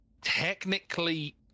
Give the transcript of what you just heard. technically